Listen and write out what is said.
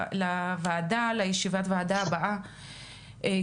נפסק, והמעסיקים נדרשו לשלם דמי מחלה